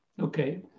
Okay